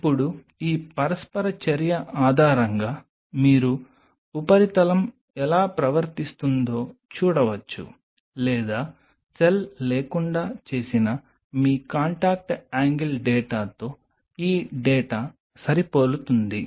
ఇప్పుడు ఈ పరస్పర చర్య ఆధారంగా మీరు ఉపరితలం ఎలా ప్రవర్తిస్తుందో చూడవచ్చు లేదా సెల్ లేకుండా చేసిన మీ కాంటాక్ట్ యాంగిల్ డేటాతో ఈ డేటా సరిపోలుతుంది